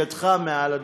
מעל הדוכן,